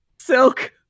Silk